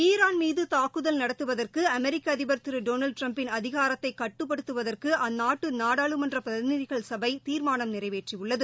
Iran மீது தாக்குதல் நடத்தவதற்கு அமெிக்க அதிபர் திரு டொனால்டு ட்டிரம்பின் அதிகாரத்தை கட்டுப்படுத்துவதற்கு அந்நாட்டு நாடாளுமன்ற பிரதிநிதிகள் சபை தீர்மானம் நிறைவேற்றியுள்ளது